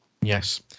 Yes